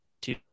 two